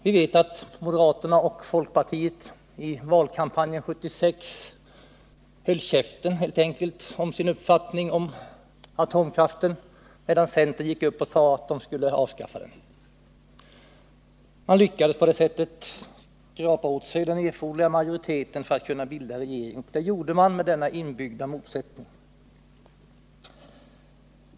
Vi vet att moderaterna och folkpartiet i valkampanjen 1976 höll tyst om sin uppfattning om atomkraften, medan centern sade att atomkraften skulle avskaffas. Man lyckades på det sättet skrapa åt sig den erforderliga majoriteten för att kunna bilda regering. Och det gjorde man med denna inbyggda motsättning.